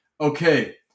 Okay